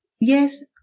Yes